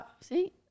See